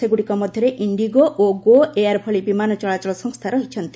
ସେଗୁଡ଼ିକ ମଧ୍ୟରେ ଇଣ୍ଡିଗୋ ଓ ଗୋ ଏୟାର ଭଳି ବିମାନ ଚଳାଚଳ ସଂସ୍ଥା ରହିଛନ୍ତି